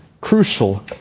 crucial